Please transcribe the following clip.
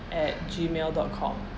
at gmail dot com